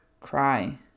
cry